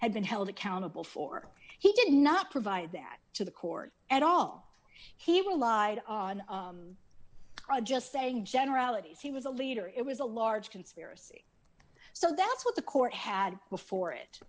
had been held accountable for he did not provide that to the court at all he lied on raja saying generalities he was a leader it was a large conspiracy so that's what the court had before it